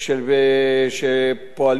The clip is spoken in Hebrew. שפועלים בניגוד בנוהל.